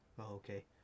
Okay